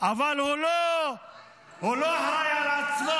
אבל הוא לא אחראי לעצמו,